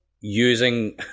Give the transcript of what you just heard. using